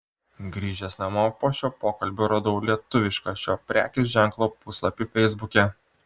grįžęs namo po šio pokalbio radau lietuvišką šio prekės ženklo puslapį feisbuke